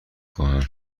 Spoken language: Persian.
خواهم